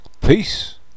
Peace